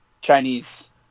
Chinese